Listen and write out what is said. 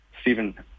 Stephen